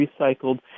recycled